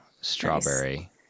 strawberry